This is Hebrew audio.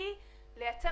ייאמר בהגינות,